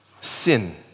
Sin